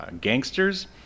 gangsters